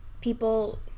people